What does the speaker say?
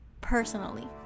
personally